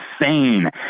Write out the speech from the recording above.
insane